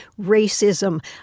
racism